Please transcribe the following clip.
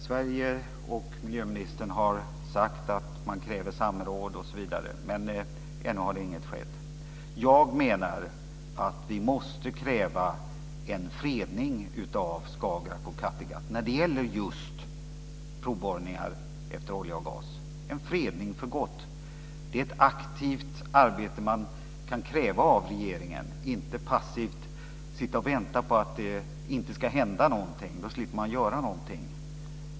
Sverige och miljöministern har sagt att man kräver samråd. Men ännu har inget skett. Jag menar att vi måste kräva en fredning av Skagerrak och Kattegatt när det gäller just provborrningar efter olja och gas, en fredning för gott. Det är ett aktivt arbete man kan kräva av regeringen, inte passivt vänta på att det ska hända någonting. Då slipper man göra någonting.